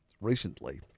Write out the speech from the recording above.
recently